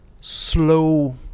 slow